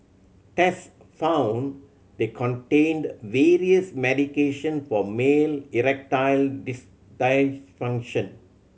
tests found they contained various medication for male erectile this dysfunction